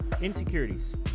Insecurities